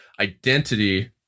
identity